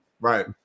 Right